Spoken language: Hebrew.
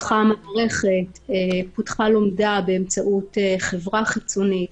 פותחה לומדה באמצעות חברה חיצונית,